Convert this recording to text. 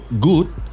good